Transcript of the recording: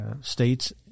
states